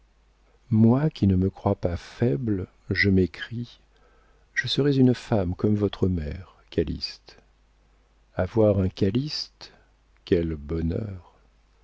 moi qui ne me crois pas faible je m'écrie je serais une femme comme votre mère calyste avoir un calyste quel bonheur